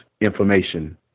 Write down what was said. information